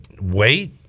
wait